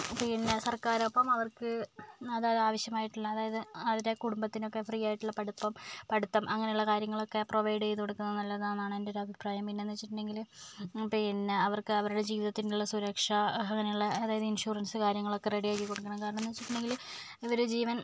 പിന്നെ സര്ക്കാരൊപ്പം അവര്ക്ക് അതായത് ആവശ്യമായിട്ടുള്ള അതായത് അവരുടെ കുടുംബത്തിനൊക്കെ ഫ്രീയായിട്ടുള്ള പഠിപ്പം പഠിത്തം അങ്ങനെയുള്ള കാര്യങ്ങളൊക്കെ പ്രൊവൈഡ് ചെയ്തു കൊടുക്കുന്നത് നല്ലതാണ് എന്നാണ് എന്റെ ഒരു അഭിപ്രായം പിന്നെന്നുവെച്ചിട്ടുണ്ടെങ്കില് പിന്നെ അവര്ക്ക് അവരുടെ ജീവിതത്തിനുള്ള സുരക്ഷ അതായത് ഇന്ഷുറന്സ് കാര്യങ്ങളൊക്കെ റെഡിയാക്കി കൊടുക്കണം കാരണമെന്നുവെച്ചിട്ടുണ്ടെങ്കില് ഇവര് ജീവന്